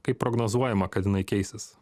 kaip prognozuojama kad jinai keisis